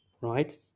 right